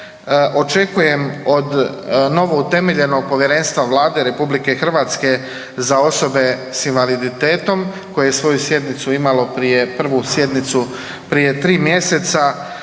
Očekujem od novoutemeljenog povjerenstva Vlade RH za osobe s invaliditetom koje je svoju prvu sjednicu imalo prije tri mjeseca